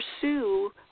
pursue